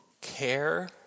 care